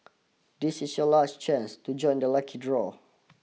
this is your last chance to join the lucky draw